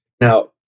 Now